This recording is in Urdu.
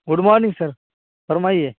گڈ مارننگ سر فرمائیے